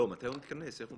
איפה הוא מתכנס?